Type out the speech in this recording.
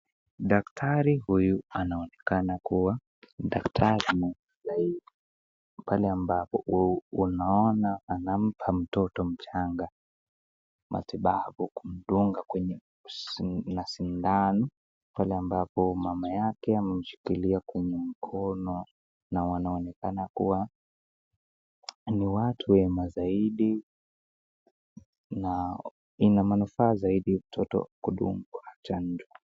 Daktari huyu anaonekana kuwa daktari, pale ambapo unaona anampa mtoto mchanga matitabu kumdunga kwenye na sindano pale ambapo mama yake amemshikilia kwa mkono na wanaonekana kuwa ni watu hema zaidi na ina manufaa zaidi mtoto kudungwa chanjo.